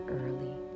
early